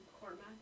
Cormac